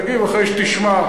תגיב אחרי שתשמע.